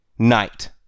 night